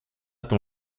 ton